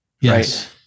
Yes